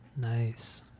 nice